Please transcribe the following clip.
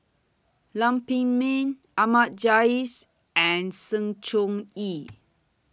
Lam Pin Min Ahmad Jais and Sng Choon Yee